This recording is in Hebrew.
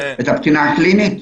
את הבחינה הקלינית?